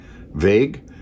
vague